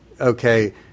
okay